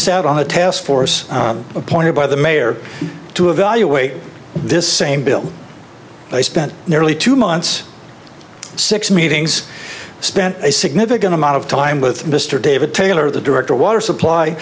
sat on a task force appointed by the mayor to evaluate this same bill i spent nearly two months six meetings spent a significant amount of time with mr david taylor the director water supply